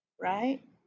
Right